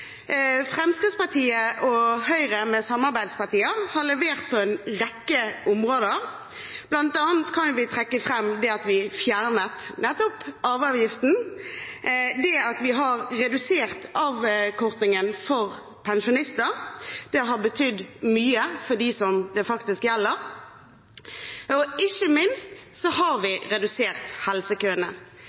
Fremskrittspartiet og Høyre med samarbeidspartier har levert på en rekke områder, bl.a. kan vi trekke fram at vi fjernet nettopp arveavgiften. Det at vi har redusert avkortingen for pensjonister, har betydd mye for dem det faktisk gjelder. Ikke minst har vi redusert helsekøene,